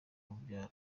urubyaro